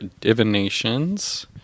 divinations